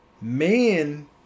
man